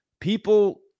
people